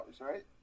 right